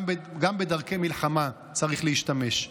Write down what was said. גם בדרכי מלחמה צריך להשתמש.